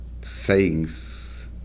sayings